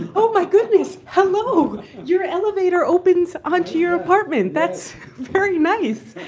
and oh, my goodness. hello. your elevator opens onto your apartment. that's very nice.